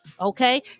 okay